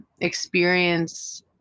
experience